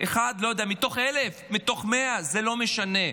אחד מתוך 1,000, מתוך 100. זה לא משנה.